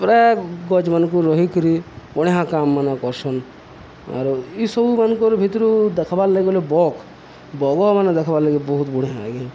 ପୁରା ଗଛମାନଙ୍କୁ ରହିକିରି ବଢ଼ିଆ କାମ ମାନ କରସନ୍ ଆରୁ ଏସବୁମାନଙ୍କର ଭିତରୁ ଦେଖାବାର୍ ଲାଗି ଗଲେ ବକ୍ ବଗ ମାନେ ଦେଖାବାର୍ ଲାଗି ବହୁତ ବଢ଼ିଆଁ ଆଜ୍ଞା